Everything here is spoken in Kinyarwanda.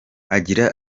agira